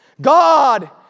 God